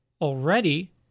already